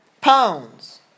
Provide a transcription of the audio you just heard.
pounds